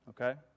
Okay